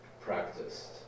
practiced